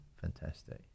fantastic